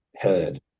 heard